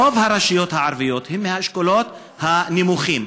רוב הרשויות הערביות הן מהאשכולות הנמוכים,